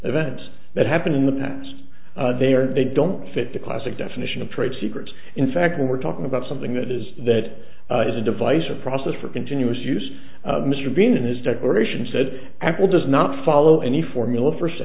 events that happened in the past they are they don't fit the classic definition of trade secrets in fact when we're talking about something that is that is a device or process for continuous use mr bean in his declaration said apple does not follow any formula